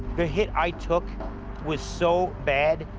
the hit i took was so bad,